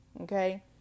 Okay